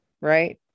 right